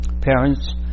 parents